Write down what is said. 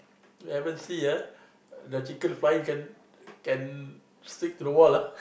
you haven't see ah the chicken fly can can stick to the wall ah